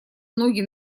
ноги